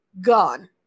gone